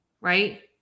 right